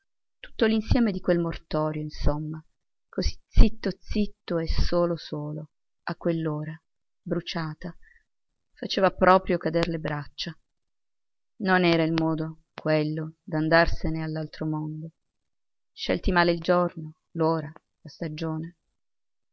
tutto l'insieme di quel mortorio insomma così zitto zitto e solo solo a quell'ora bruciata faceva proprio cader le braccia non era il modo quello d'andarsene all'altro mondo scelti male il giorno l'ora la stagione